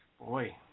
Boy